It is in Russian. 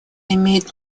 имеет